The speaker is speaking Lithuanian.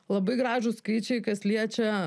labai gražūs skaičiai kas liečia